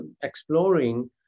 exploring